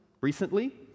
recently